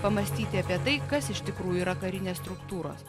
pamąstyti apie tai kas iš tikrųjų yra karinės struktūros